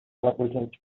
represents